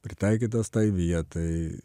pritaikytas tai vietai